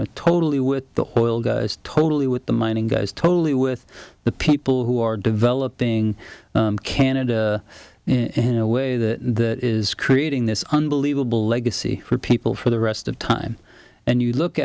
know totally with the oil goes totally with the mining guys totally with the people who are developing canada in a way that is creating this unbelievable legacy for people for the rest of time and you look